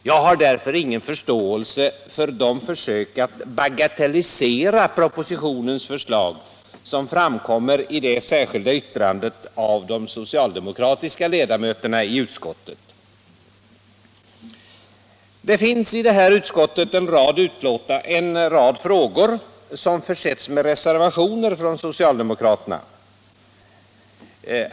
Jag har därför ingen förståelse för de försök att bagatellisera propositionens förslag som återfinns i det särskilda yttrandet från de socialdemokratiska ledamöterna i utskottet. Det finns i det här betänkandet en rad frågor som föranlett socialdemokratiska reservationer.